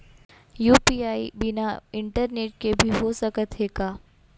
UPI बिना internet के भी हो सकत हे का?